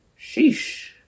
Sheesh